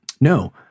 No